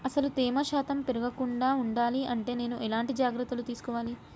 అసలు తేమ శాతం పెరగకుండా వుండాలి అంటే నేను ఎలాంటి జాగ్రత్తలు తీసుకోవాలి?